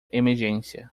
emergência